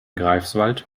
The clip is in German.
greifswald